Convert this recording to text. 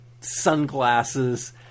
sunglasses